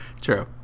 true